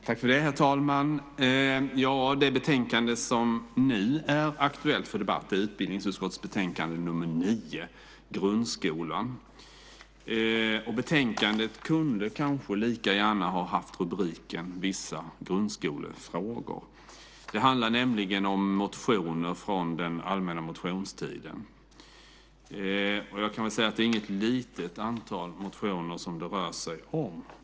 Herr talman! Det betänkande som nu är aktuellt för debatt är utbildningsutskottets betänkande nr 9, Grundskolan . Betänkandet hade kanske lika gärna kunnat ha rubriken "Vissa grundskolefrågor". Det handlar nämligen om motioner från den allmänna motionstiden. Jag kan väl säga att det inte är något litet antal motioner det rör sig om.